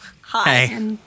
Hi